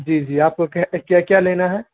جی جی آپ کو کیا کیا لینا ہے